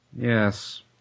Yes